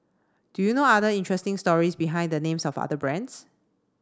do you know other interesting stories behind the names of other brands